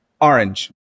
orange